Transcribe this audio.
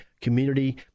community